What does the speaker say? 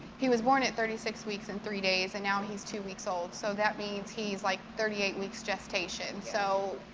he was born at thirty six weeks and three days, and now he's two weeks old, so that means he's, like, thirty eight weeks gestation, so,